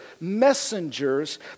messengers